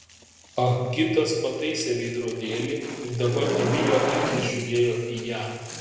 ah gitas pataisė veidrodėlį ir dabar abi jo akys žiūrėjo į ją